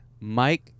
Mike